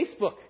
Facebook